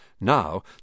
Now